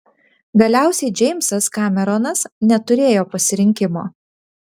galiausiai džeimsas kameronas neturėjo pasirinkimo